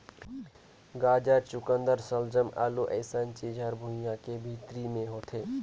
गाजरा, चकुंदर सलजम, आलू अइसन चीज हर भुइंयां के भीतरी मे होथे